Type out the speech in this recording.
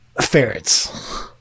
ferrets